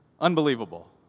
Unbelievable